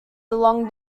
along